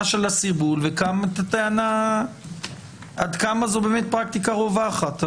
של הסרבול וגם עד כמה זו באמת פרקטיקה רווחת.